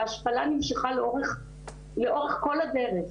וההשפלה נמשכה לאורך כל הדרך.